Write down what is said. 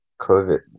COVID